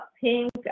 pink